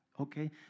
Okay